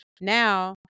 now